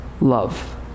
love